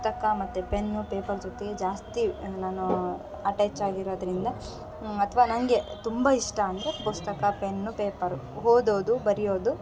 ಪುಸ್ತಕ ಮತ್ತು pen paper ಜೊತೆ ಜಾಸ್ತಿ ನಾನು ಅಟೆಚಾಗಿರೋದ್ರಿಂದ ಅಥ್ವ ನಂಗೆ ತುಂಬ ಇಷ್ಟ ಅಂದರೆ ಪುಸ್ತಕ ಪೆನ್ನು ಪೇಪರು ಓದೋದು ಬರೆಯೋದು